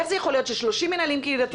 איך זה יכול להיות ש-30 מינהלים קהילתיים